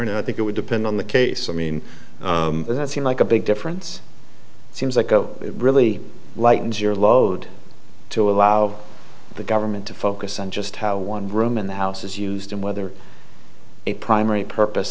no i think it would depend on the case i mean that seem like a big difference seems like oh really lightens your load to allow the government to focus on just how one room in the house is used and whether a primary purpose